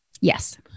Yes